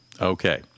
Okay